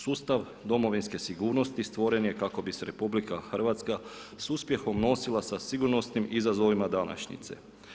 Sustav domovinske sigurnost stvoren je kako bi se RH s uspjehom nosila s sigurnosnim izazovima današnjice.